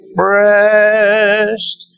breast